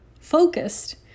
focused